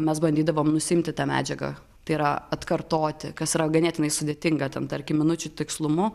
mes bandydavom nusiimti tą medžiagą tai yra atkartoti kas yra ganėtinai sudėtinga ten tarkim minučių tikslumu